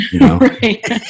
Right